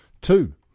two